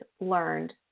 learned